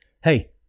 Hey